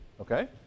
Okay